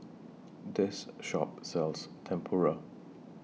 This Shop sells Tempura